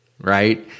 right